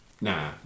Nah